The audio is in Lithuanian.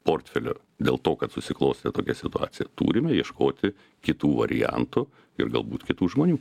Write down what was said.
portfelio dėl to kad susiklostė tokia situacija turime ieškoti kitų variantų ir galbūt kitų žmonių